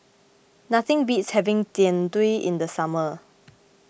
nothing beats having Jian Dui in the summer